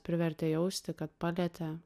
privertė jausti kad palietė